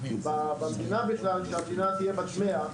במדינה בכלל כשהמדינה תהיה בת 100,